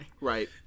Right